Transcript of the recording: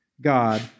God